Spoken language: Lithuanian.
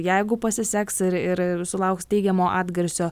jeigu pasiseks ir ir sulauks teigiamo atgarsio